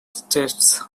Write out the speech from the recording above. states